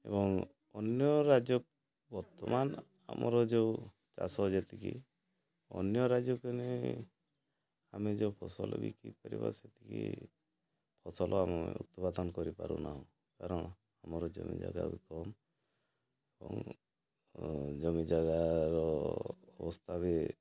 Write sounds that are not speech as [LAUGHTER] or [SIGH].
ଏବଂ ଅନ୍ୟ ରାଜ୍ୟ ବର୍ତ୍ତମାନ ଆମର ଯେଉଁ ଚାଷ ଯେତିକି ଅନ୍ୟ ରାଜ୍ୟ [UNINTELLIGIBLE] ଆମେ ଯେଉଁ ଫସଲ ବିକ୍ରି କରିବ ସେତିକି ଫସଲ ଆମେ ଉତ୍ପାଦନ କରିପାରୁନାହୁଁ କାରଣ ଆମର ଜମି ଜାଗା ବି କମ୍ ଏବଂ ଜମି ଜାଗାର ଅବସ୍ଥା ବି